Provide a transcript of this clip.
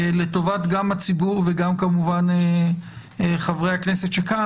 לטובת גם הציבור וגם כמובן לטובת חברי הכנסת שכאן,